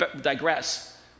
digress